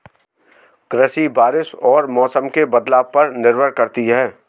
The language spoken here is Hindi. कृषि बारिश और मौसम के बदलाव पर निर्भर करती है